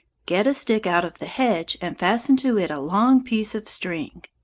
get a stick out of the hedge and fasten to it a long piece of string.